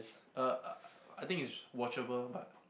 uh uh I think it's watchable but